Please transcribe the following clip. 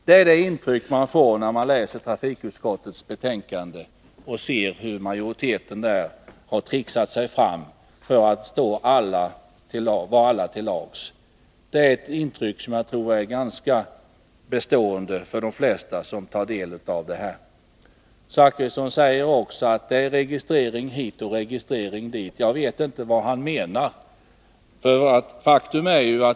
Det är det intryck som man får när man läser trafikutskottets betänkande och ser hur majoriteten har trixat sig fram för att vara alla till lags. Det är ett intryck som jag tror att de flesta får som tar del av betänkandet. Bertil Zachrisson säger också att det är registrering hit och registrering dit. Jag vet inte vad han menar.